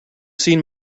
seen